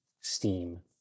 steam